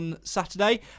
Saturday